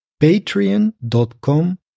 patreon.com